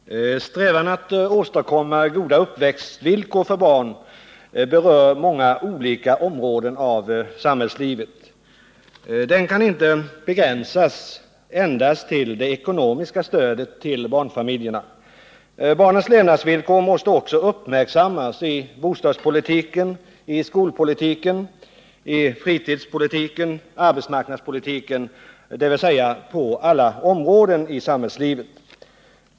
Herr talman! Strävan att åstadkomma goda uppväxtvillkor för barn berör många olika områden av samhällslivet. Den kan inte begränsas till det ekonomiska stödet till barnfamiljerna. Barnens levnadsvillkor måste också uppmärksammas i bostadspolitiken, i skolpolitiken, i fritidspolitiken och i arbetsmarknadspolitiken, dvs. på alla områden i samhällslivet.